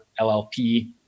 LLP